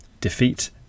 defeat